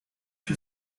się